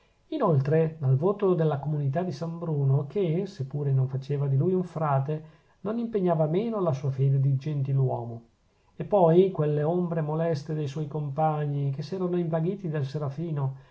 inoltre dal voto della comunità di san bruno che se pure non faceva di lui un frate non impegnava meno la sua fede di gentiluomo e poi quelle ombre moleste de suoi compagni che s'erano invaghiti del serafino